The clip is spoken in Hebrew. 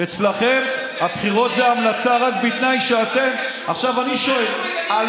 אצלכם הבחירות זה המלצה, רק בתנאי שאתם, מה